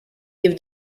give